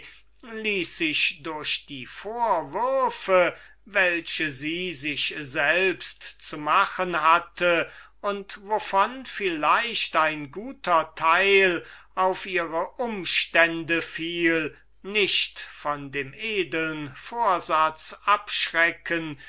ließ sich durch die vorwürfe welche sie sich selbst zu machen hatte und von denen vielleicht ein guter teil auf ihre umstände fiel nicht von dem edeln vorsatz abschrecken